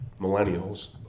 millennials